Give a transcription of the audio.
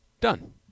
Done